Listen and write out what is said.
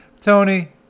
Tony